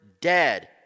dead